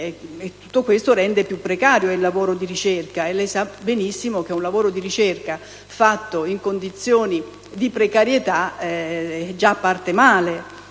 Tutto questo rende più precario il lavoro di ricerca, e lei sa benissimo che la ricerca realizzata in condizioni di precarietà parte già male.